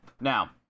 Now